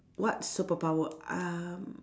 what superpower um